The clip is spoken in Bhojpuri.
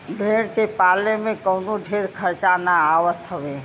भेड़ के पाले में कवनो ढेर खर्चा भी ना आवत हवे